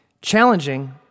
challenging